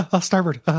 Starboard